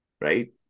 right